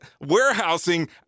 warehousing